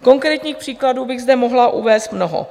Konkrétních příkladů bych zde mohla uvést mnoho.